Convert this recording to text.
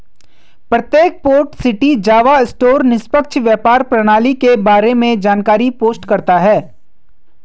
प्रत्येक port city Java store निष्पक्ष व्यापार प्रणाली के बारे में जानकारी पोस्ट करता है